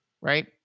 right